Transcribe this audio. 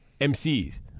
MCs